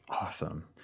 awesome